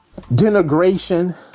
denigration